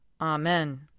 Amen